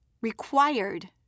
Required